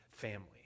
family